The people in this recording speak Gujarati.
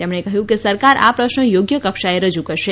તેમણે કહ્યું કે સરકાર આ પ્રશ્ન યોગ્ય કક્ષાએ રજુ કરશે